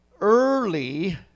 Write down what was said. early